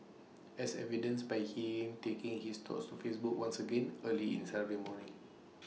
as evidenced by him taking his thoughts to Facebook once again early in Saturday morning